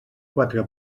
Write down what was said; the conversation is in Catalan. quatre